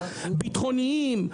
ביטחוניים,